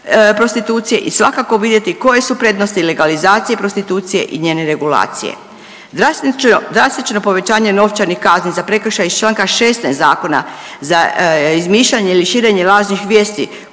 prostitucije i svakako vidjeti koje su prednosti legalizacije prostitucije i njene regulacije. Drastično povećanje novčanih kazni za prekršaj iz Članka 16. zakona za izmišljanje ili širenje lažnih vijesti